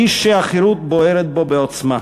איש שהחירות בוערת בו בעוצמה.